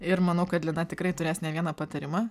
ir manau kad lina tikrai turės ne vieną patarimą